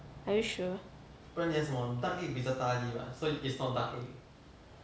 are you sure